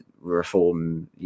reform